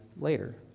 later